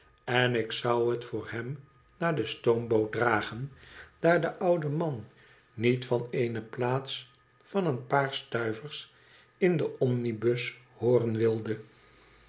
en ik zou het voor hem naar de stoomboot dragen daar de oude man niet van ene plaats van een paar stuivers in den omnibus hooren wilde